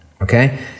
Okay